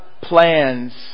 plans